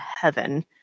heaven